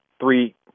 three